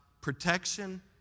protection